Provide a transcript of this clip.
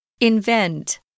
invent